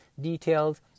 detailed